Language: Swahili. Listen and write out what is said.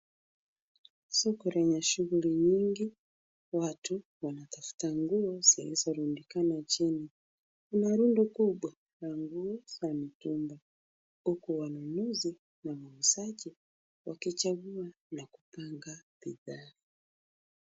Soko lenye shughuli nyingi. Watu wanatafuta nguo zilizorundikana chini. Kuna rundo kubwa la nguo za mitumba, huku wanunuzi na wauzaji wakichagua na kupanga bidhaa.